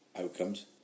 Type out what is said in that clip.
Outcomes